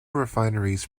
refineries